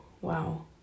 wow